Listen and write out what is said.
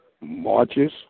Marches